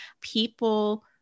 people